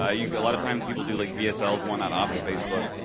ah you know a lot of times people do like vsl when not off of facebook.